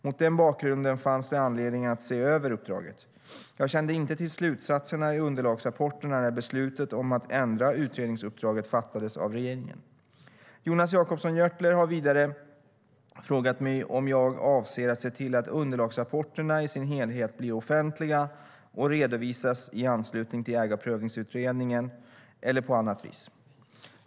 Mot den bakgrunden fanns det anledning att se över uppdraget. Jag kände inte till slutsatserna i underlagsrapporterna när beslutet om att ändra utredningsuppdraget fattades av regeringen. Jonas Jacobsson Gjörtler har vidare frågat mig om jag avser att se till att underlagsrapporterna i sin helhet blir offentliga och redovisas i anslutning till Ägarprövningsutredningen eller på annat vis.